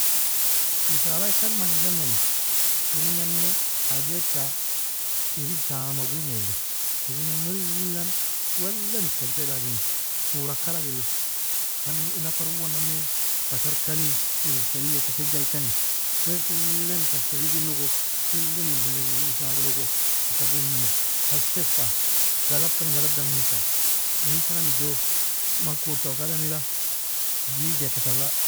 Isaaraikan mani lemani, irin nane hajaeka irin taama gugne li. Irin nan wellan wellan ikka ajbedagini, kurak alagi li. Manin nafar uuan nane batarkani, irun farigeka shajaykani, wellan tar fariginugu, wellan indamajiname isaaralogo, takka gugnami, hallsefaati, galabkaan, galabdaan mekaan, inin karamido man kurtalgadamila, digddeaka tala